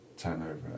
turnover